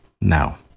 now